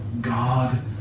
God